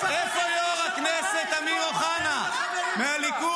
איפה יו"ר הכנסת, אמיר אוחנה מהליכוד?